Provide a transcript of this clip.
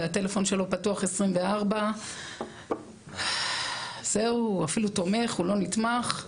הטלפון שלו פתוח 24. הוא תומך, הוא לא נתמך,